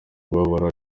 umubabaro